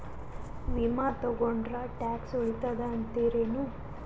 ವಿಮಾ ತೊಗೊಂಡ್ರ ಟ್ಯಾಕ್ಸ ಉಳಿತದ ಅಂತಿರೇನು?